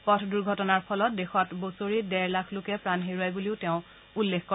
পথ দূৰ্ঘটনাৰ ফলত দেশত বছৰি ডেৰ লাখ লোকে প্ৰাণ হেৰুৱাই বুলিও তেওঁ উল্লেখ কৰে